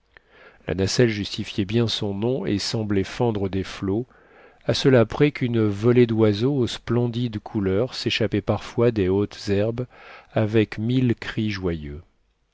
la nacelle justifiait bien son nom et semblait fendre des flots à cela près qu'une volée doiseaux aux splendides couleurs s'échappait parfois des hautes herbes avec mille cris joyeux